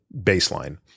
baseline